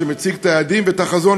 שמציג את היעדים ואת החזון,